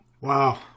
wow